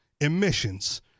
emissions